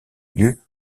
lieu